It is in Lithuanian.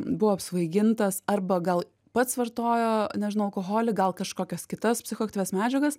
buvo apsvaigintas arba gal pats vartojo nežinau alkoholį gal kažkokias kitas psichoaktyvias medžiagas